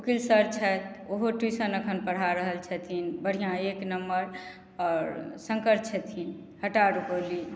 वकील सर छथि ओहो ट्यूशन अखन पढ़ा रहल छथिन बढ़िआँ एक नम्बर आओर शङ्कर छथिन हटार रुपौली